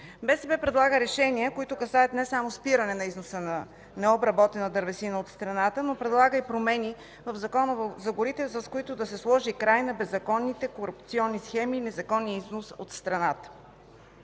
предлага решения, които касаят не само спиране на износа на необработена дървесина от страната, но предлага и промени в Закона за горите, с които да се сложи край на беззаконните корупционни схеми и незаконен износ от страната.